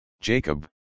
Jacob